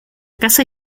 casa